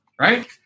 right